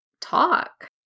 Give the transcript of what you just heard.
talk